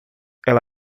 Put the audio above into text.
ela